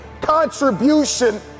contribution